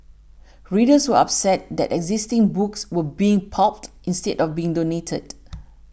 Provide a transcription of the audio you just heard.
readers were upset that existing books were being pulped instead of being donated